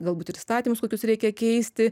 galbūt ir įstatymus kokius reikia keisti